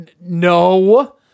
no